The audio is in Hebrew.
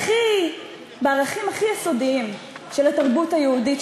ובערכים הכי יסודיים של התרבות היהודית,